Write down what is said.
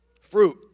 fruit